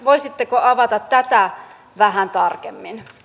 voisitteko avata tätä vähän tarkemmin